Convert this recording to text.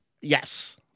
Yes